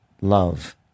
Love